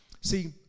See